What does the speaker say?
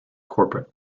corporate